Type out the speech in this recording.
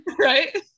Right